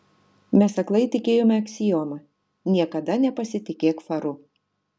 mes aklai tikėjome aksioma niekada nepasitikėk faru